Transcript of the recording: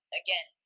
again